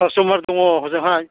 customer दङ हजोंहाय